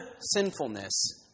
sinfulness